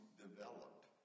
develop